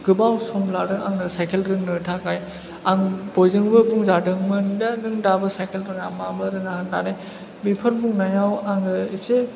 गोबाव सम लादों आंनो साइकेल रोंनो थाखाय आं बयजोंबो बुंजादोंमोन जे नों दाबो साइकेल रोङा माबो रोङा होन्नानै बेफोर बुंनायाव आङो एसे